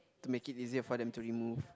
to make it easier for them to remove